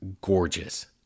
gorgeous